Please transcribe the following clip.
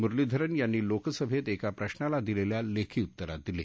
मुरलीधरन यांनी लोकसभेत एका प्रशाला दिलेल्या लेखी उत्तरात दिली